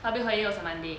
public holiday was a monday